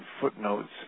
footnotes